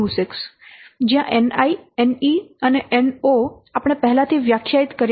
26 જ્યાં Ni Ne અને No આપણે પહેલાથી વ્યાખ્યાયિત કરી છે